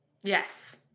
Yes